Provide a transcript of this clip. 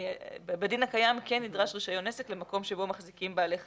בדין הקיים כן נדרש רישיון עסק למקום שבו מחזיקים בעלי חיים.